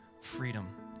freedom